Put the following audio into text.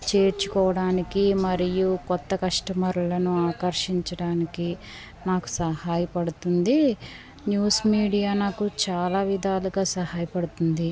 చేర్చుకోవడానికి మరియు క్రొత్త కస్టమర్లను ఆకర్షించడానికి నాకు సహాయపడుతుంది న్యూస్ మీడియా నాకు చాలా విధాలుగా సహాయపడుతుంది